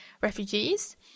refugees